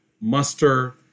Muster